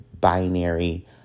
binary